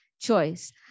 choice